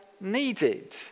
needed